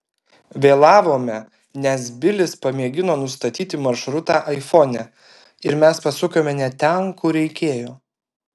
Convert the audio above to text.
vėlavome nes bilis pamėgino nustatyti maršrutą aifone ir mes pasukome ne ten kur reikėjo